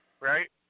right